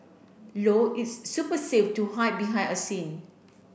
low its super safe to hide behind a scene